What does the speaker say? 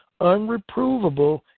unreprovable